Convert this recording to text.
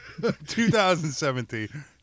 2017